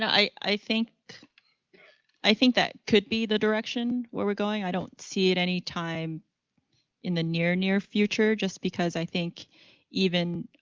i think i think that could be the direction where we're going. i don't see it any time in the near, near future just because i think even